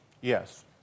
Yes